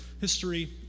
history